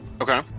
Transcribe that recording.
Okay